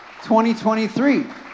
2023